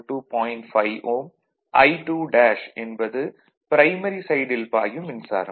5 Ω I2' என்பது primary சைடில் பாயும் மின்சாரம்